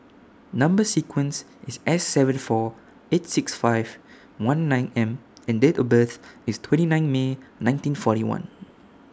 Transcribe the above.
Number sequence IS S seven four eight six five one nine M and Date of birth IS twenty nine May nineteen forty one